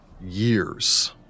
years